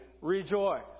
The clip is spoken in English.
rejoice